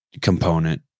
component